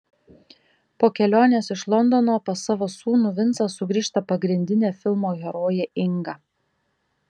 po kelionės iš londono pas savo sūnų vincą sugrįžta pagrindinė filmo herojė inga